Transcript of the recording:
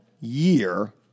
year